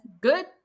good